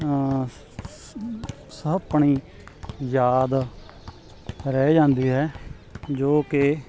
ਸਾ ਆਪਣੀ ਯਾਦ ਰਹਿ ਜਾਂਦੀ ਹੈ ਜੋ ਕਿ